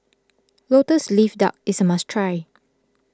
Lotus Leaf Duck is a must try